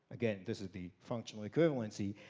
again, this is the functional equivalency.